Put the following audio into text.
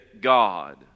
God